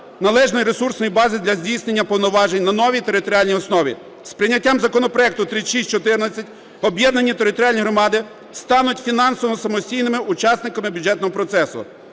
належної ресурсної бази для здійснення повноважень на новій територіальній основі. З прийняттям законопроекту 3614 об'єднані територіальні громади стануть фінансово самостійними учасниками бюджетного процесу.